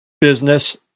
business